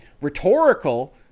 rhetorical